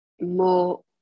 more